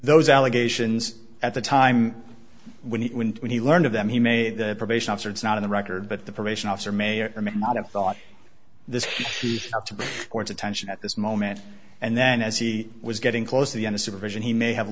those allegations at the time when he when he learned of them he made the probation officer it's not on the record but the probation officer may or may not have thought this court's attention at this moment and then as he was getting close to the end of supervision he may have